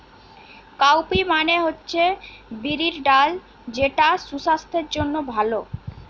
cowpea মানে হচ্ছে বিরির ডাল যেটা সুসাস্থের জন্যে ভালো